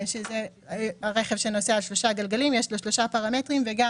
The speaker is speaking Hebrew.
שזה רכב שנוסע על שלושה גלגלים יש לו שלושה פרמטרים וגם